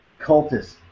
cultists